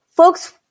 Folks